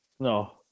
No